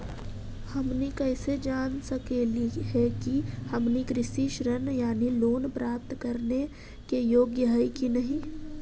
हमनी कैसे जांच सकली हे कि हमनी कृषि ऋण यानी लोन प्राप्त करने के योग्य हई कि नहीं?